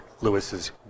Lewis's